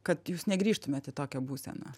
kad jūs negrįžtumėt į tokią būseną